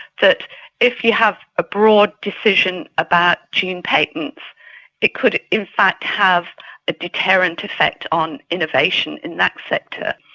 that if you have a broad decision about gene patents it could in fact have a deterrent effect on innovation in that sector.